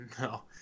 No